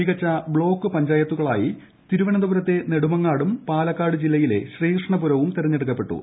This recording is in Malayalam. മികച്ച ബ്ലോക്ക് പഞ്ചായത്തുകളായി തിരുവനന്തപുരത്തെ നെടുമങ്ങാടും പാലക്കാട് ജില്ലയിലെ ശ്രീകൃഷ്ണപുരവും തെരഞ്ഞെടുക്കപ്പെട്ടു